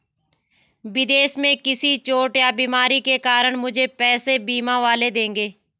विदेश में किसी चोट या बीमारी के कारण मुझे पैसे बीमा वाले देंगे